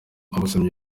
abasomyi